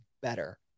better